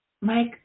mike